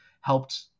helped